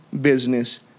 business